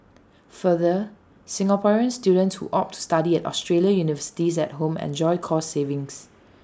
further Singaporean students who opt to study at Australian universities at home enjoy cost savings